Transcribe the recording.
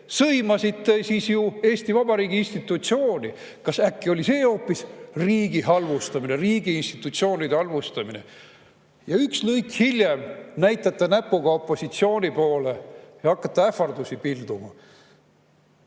Sõimasite ju Eesti Vabariigi institutsiooni. Kas äkki oli hoopis see riigi halvustamine, riigiinstitutsioonide halvustamine? Ja üks lõik hiljem näitasite näpuga opositsiooni poole ja hakkasite ähvardusi pilduma. Teie